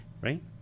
right